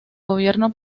gobierno